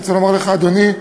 אני רוצה לומר לך, אדוני,